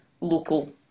local